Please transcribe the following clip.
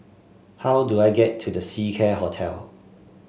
how do I get to The Seacare Hotel